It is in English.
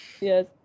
Yes